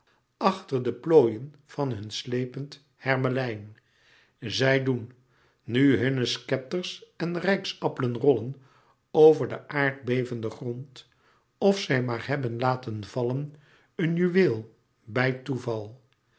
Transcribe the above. achter de plooien van hun slepend hermelijn zij doen nu hunne schepters en rijksappelen rollen over den aardbevenden grond of zij maar hebben laten vallen een juweel bij toeval